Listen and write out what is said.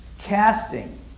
casting